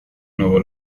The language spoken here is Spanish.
nuevo